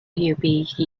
yeats